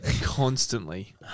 constantly